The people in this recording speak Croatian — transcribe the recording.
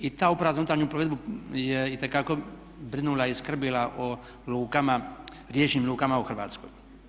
I ta uprava za unutarnju plovidbu je itekako brinula i skrbila o lukama, riječnim lukama u Hrvatskoj.